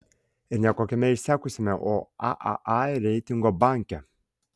ir ne kokiame išsekusiame o aaa reitingo banke